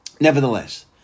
Nevertheless